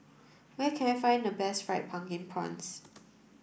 where can I find the best fried pumpkin prawns